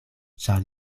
ĉar